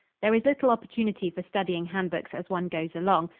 there is little opportunity for studying hand-books as one goes along.